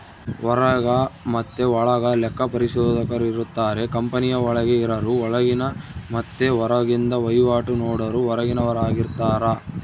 ಹೊರಗ ಮತೆ ಒಳಗ ಲೆಕ್ಕ ಪರಿಶೋಧಕರಿರುತ್ತಾರ, ಕಂಪನಿಯ ಒಳಗೆ ಇರರು ಒಳಗಿನ ಮತ್ತೆ ಹೊರಗಿಂದ ವಹಿವಾಟು ನೋಡರು ಹೊರಗಿನವರಾರ್ಗಿತಾರ